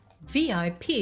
vip